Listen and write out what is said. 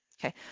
Okay